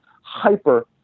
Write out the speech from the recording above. hyper